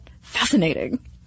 Fascinating